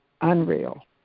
unreal